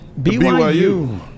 BYU